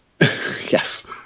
Yes